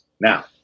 Now